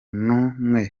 numwe